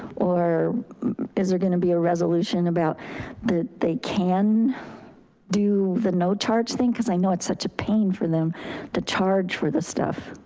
or is there gonna be a resolution about that they can do the no charge thing. cause i know it's such a pain for them to charge for the stuff.